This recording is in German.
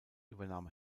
übernahm